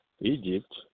Egypt